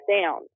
down